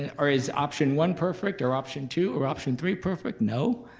and or is option one perfect, or option two, or option three perfect? no.